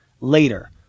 later